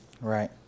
Right